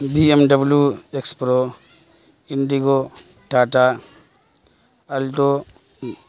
B M W X pro Tata indigo alto